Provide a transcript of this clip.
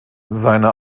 seine